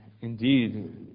indeed